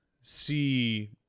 see